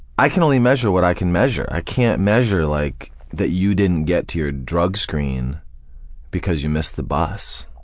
i can only measure what i can measure. i can't measure like that you didn't get to your drug screen because you missed the bus.